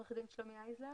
עורך הדין שלומי הייזלר?